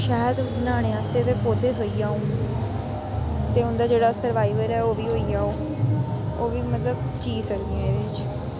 शैह्द बनाने आस्तै पौधे थ्होई जाहग ते उंदा जेह्ड़ा सरवाइवर ऐ ओह् बी होई जाह्ग ओह् बी मतलब जी सकदियां एह्दे च